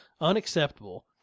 unacceptable